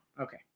Okay